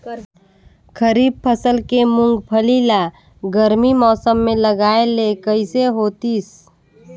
खरीफ फसल के मुंगफली ला गरमी मौसम मे लगाय ले कइसे होतिस?